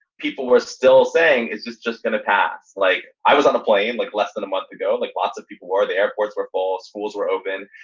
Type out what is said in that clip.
people were still saying, is this just going to pass? like i was on a plane like less than a month ago. like lots of people were. the airports were full. schools were open.